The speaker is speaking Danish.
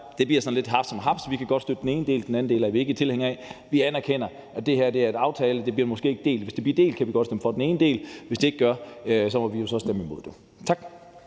Det bliver sådan lidt haps for haps: Vi kan godt støtte den ene del, og den anden del er vi ikke tilhængere af. Vi anerkender, at det her er en aftale, og at det måske ikke bliver delt. Hvis det bliver delt, kan vi godt stemme for den ene del. Hvis det ikke gør, må vi jo så stemme imod det. Tak.